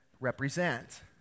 represent